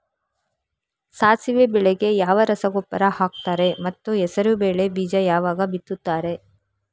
ಸಾಸಿವೆ ಬೆಳೆಗೆ ಯಾವ ರಸಗೊಬ್ಬರ ಹಾಕ್ತಾರೆ ಮತ್ತು ಹೆಸರುಬೇಳೆ ಬೀಜ ಯಾವಾಗ ಬಿತ್ತುತ್ತಾರೆ?